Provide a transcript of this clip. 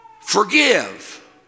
Forgive